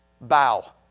bow